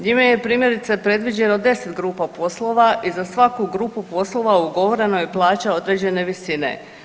Njime je primjerice predviđeno 10 grupa poslova i za svaku grupu poslova ugovorena je plaća određene visine.